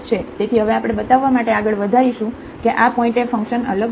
તેથી હવે આપણે બતાવવા માટે આગળ વધારીશું કે આ પોઇન્ટએ ફંક્શન અલગ નથી